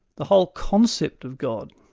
the whole concept of god,